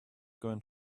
going